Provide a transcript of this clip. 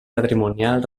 patrimonial